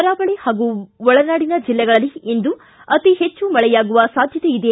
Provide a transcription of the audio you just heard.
ಕರಾವಳಿ ಪಾಗೂ ಒಳನಾಡಿನ ಜಿಲ್ಲೆಗಳಲ್ಲಿ ಇಂದು ಅತಿ ಹೆಚ್ಚು ಮಳೆಯಾಗುವ ಸಾಧ್ಯಕೆ ಇದೆ